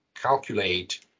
calculate